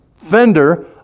fender